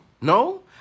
No